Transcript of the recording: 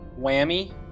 Whammy